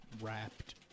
Wrapped